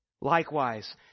Likewise